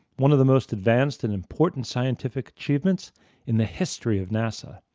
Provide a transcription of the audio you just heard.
one of the most advanced and important scientific achievements in the history of nasa.